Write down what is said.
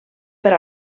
per